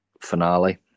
finale